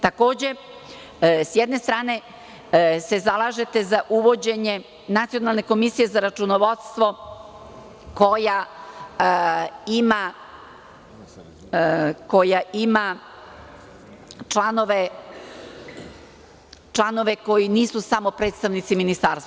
Takođe, sa jedne strane se zalažete za uvođenje nacionalne komisije za računovodstvo, koja ima članove koji nisu samo predstavnici ministarstva.